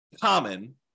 common